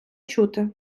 чути